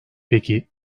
peki